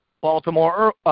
Baltimore